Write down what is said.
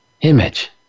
image